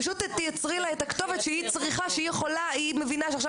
פשוט תייצרי לה את הכתובת שאם היא מבינה שעכשיו